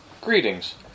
Greetings